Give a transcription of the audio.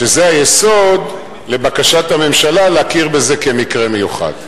שזה היסוד לבקשת הממשלה להכיר בזה כמקרה מיוחד.